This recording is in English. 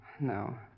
No